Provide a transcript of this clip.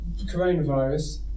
coronavirus